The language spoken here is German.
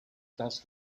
das